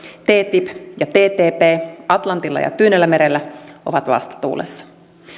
ttip ja ttp atlantilla ja tyynellämerellä ovat vastatuulessa